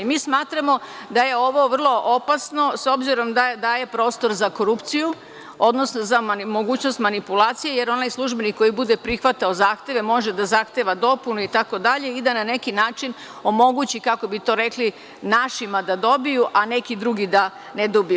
Mi smatramo da je ovo vrlo opasno, s obzirom da daje prostor za korupciju, odnosno za mogućnost manipulacije, jer onaj službenik koji bude prihvatao zahteve može da zahteva dopunu itd, i da na neki način omogući, kako bi to rekli, našima da dobiju, a neki drugi da ne dobiju.